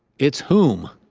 it's whom.